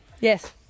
Yes